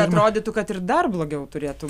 atrodytų kad ir dar blogiau turėtų